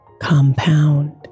compound